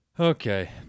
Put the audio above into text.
Okay